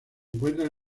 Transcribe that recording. encuentra